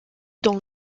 dans